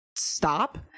stop